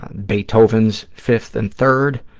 beethoven's fifth and third.